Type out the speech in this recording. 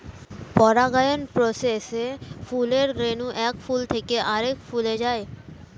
পরাগায়ন প্রসেসে ফুলের রেণু এক ফুল থেকে আরেক ফুলে যায়